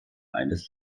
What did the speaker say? eines